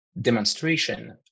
demonstration